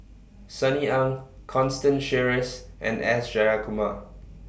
Sunny Ang Constance Sheares and S Jayakumar